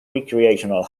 recreational